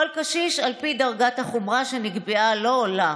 כל קשיש על פי דרגת החומרה שנקבעה לו או לה.